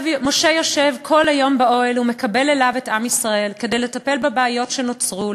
משה יושב כל היום באוהל ומקבל אליו את עם ישראל כדי לטפל בבעיות שנוצרו,